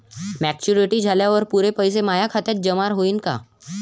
Maturity झाल्यावर पुरे पैसे माया खात्यावर जमा होईन का?